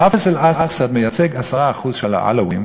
חאפז אל-אסד מייצג 10% של העלאווים,